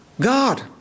God